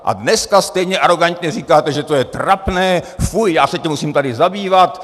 A dneska stejně arogantně říkáte, že to je trapné, fuj, já se tím musím tady zabývat.